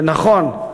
נכון.